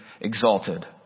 exalted